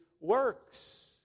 works